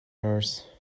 nurse